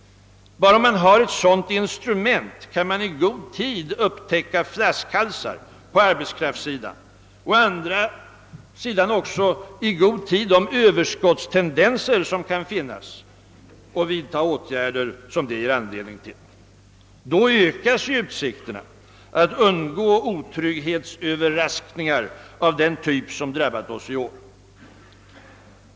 Bara om man har ett sådant instrument kan man i god tid upptäcka flaskhalsar på arbetskraftssidan och å andra sidan också i god tid de överskottstendenser som kan finnas samt vidta åtgärder som de ger anledning till. Då ökas ju utsikterna att undgå otrygghetsöverraskningar av den typ som drabbat oss i år.